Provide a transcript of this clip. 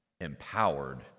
empowered